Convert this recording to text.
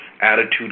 attitude